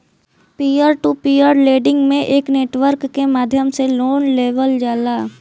peer to peer lending में एक network के माध्यम से लोन लेवल जाला